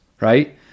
right